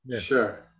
Sure